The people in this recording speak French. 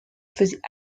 faisait